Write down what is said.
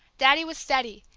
daddy was steady,